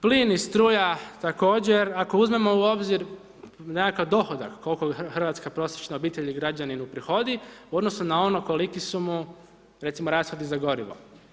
Plin i struja također, ako uzmemo u obzir nekakav dohodak koliko hrvatska prosječna obitelj i građanin uprihodi u odnosu na ono koliki su mu recimo rashodi za gorivo.